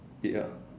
ya